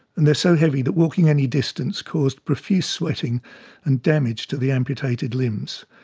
and they're so heavy that walking any distance caused profuse sweating and damage to the amputated limbs.